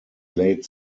late